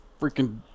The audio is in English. freaking